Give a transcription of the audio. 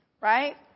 Right